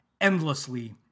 endlessly